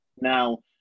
now